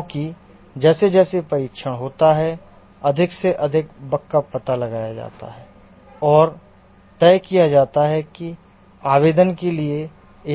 क्योंकि जैसे जैसे परीक्षण होता है अधिक से अधिक बग का पता लगाया जाता है और तय किया जाता है कि आवेदन के लिए